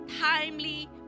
timely